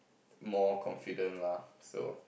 more confident lah so